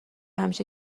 همیشه